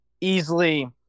easily